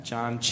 John